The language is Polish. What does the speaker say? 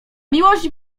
miłość